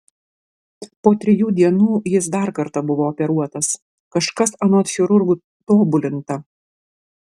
po trijų dienų jis dar kartą buvo operuotas kažkas anot chirurgų tobulinta